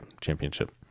Championship